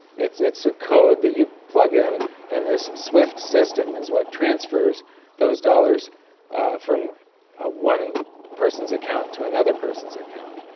it's it's a code that you plug in and this swift system is what transfers those dollars from ah one person's account to another person's account.